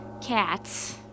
cats